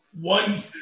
one